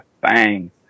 Bang